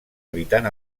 evitant